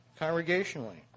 congregationally